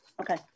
Okay